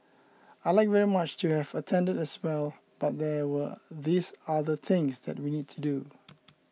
I'd like very much to have attended as well but there were these other things that we need to do